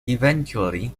eventually